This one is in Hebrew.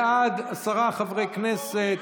בעד, עשרה חברי כנסת,